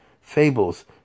fables